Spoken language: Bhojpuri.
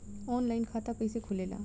आनलाइन खाता कइसे खुलेला?